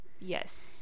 Yes